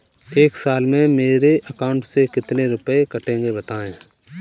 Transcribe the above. एक साल में मेरे अकाउंट से कितने रुपये कटेंगे बताएँ?